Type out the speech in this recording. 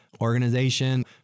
Organization